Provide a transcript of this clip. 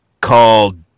called